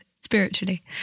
spiritually